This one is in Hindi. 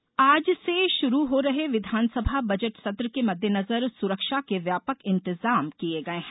सत्र तैयारी आज से शुरू हो रहे विधानसभा बजट सत्र के मददेनजर सुरक्षा के व्यापक इंतजाम किये गये हैं